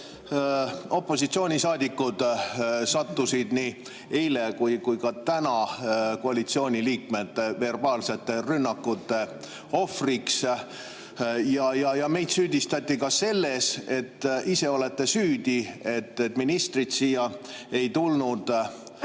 Opositsioonisaadikud sattusid nii eile kui ka täna koalitsiooniliikmete verbaalsete rünnakute ohvriks. Meid süüdistati ka selles, et ise olete süüdi, et ministrid siia ei tulnud.